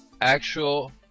actual